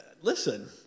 Listen